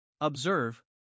Observe